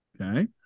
Okay